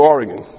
Oregon